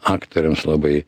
aktoriams labai